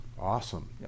Awesome